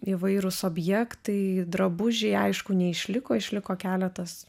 įvairūs objektai drabužiai aišku neišliko išliko keletas